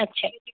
ਅੱਛਾ ਜੀ